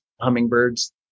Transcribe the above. hummingbirds